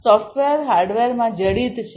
software હાર્ડવેરમાં જડિત છે